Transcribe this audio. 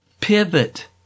pivot